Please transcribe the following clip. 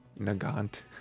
Nagant